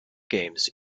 games